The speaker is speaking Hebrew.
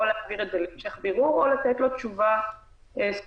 להעביר זאת להמשך בירור או לתת לו תשובה ---.